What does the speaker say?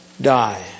die